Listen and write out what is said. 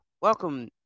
welcome